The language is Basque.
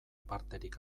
parterik